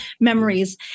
memories